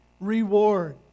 reward